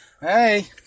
Hey